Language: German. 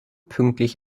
pünktlich